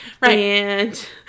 right